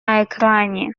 екрані